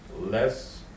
less